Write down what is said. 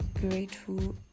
grateful